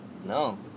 No